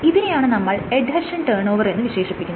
ഇതിനെയാണ് നമ്മൾ adhesion turn ഓവറെന്ന് വിശേഷിപ്പിക്കുന്നത്